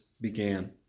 began